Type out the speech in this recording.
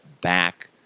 back